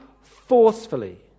forcefully